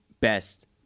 best